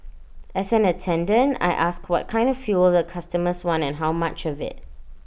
as an attendant I ask what kind of fuel the customers want and how much of IT